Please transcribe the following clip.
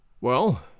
Well